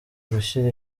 gushyira